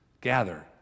gather